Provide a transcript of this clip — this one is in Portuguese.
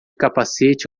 capacete